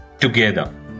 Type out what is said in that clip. together